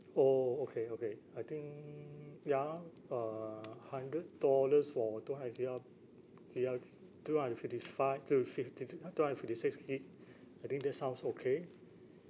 oh okay okay I think ya lah uh hundred dollars for two hundred giga giga two hundred fifty five two fifty two two hundred fifty six gig I think that sounds okay